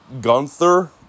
Gunther